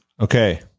Okay